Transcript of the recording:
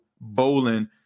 bowling